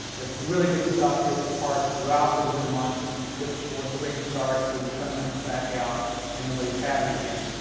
it's really good stuff here at the park throughout the winter months just before spring starts and the sun comes back out and everybody is happy again!